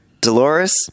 Dolores